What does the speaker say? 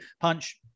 Punch